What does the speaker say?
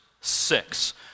six